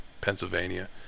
Pennsylvania